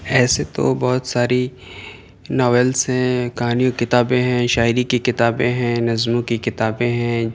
ایسے تو بہت ساری ناولس ہیں کہانیوں کی کتابیں ہیں شاعری کی کتابیں ہیں نظموں کی کتابیں ہیں